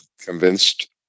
convinced